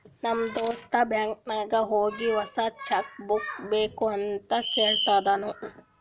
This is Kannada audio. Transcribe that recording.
ನಮ್ ದೋಸ್ತ ಬ್ಯಾಂಕೀಗಿ ಹೋಗಿ ಹೊಸಾ ಚೆಕ್ ಬುಕ್ ಬೇಕ್ ಅಂತ್ ಕೇಳ್ದೂನು